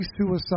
suicide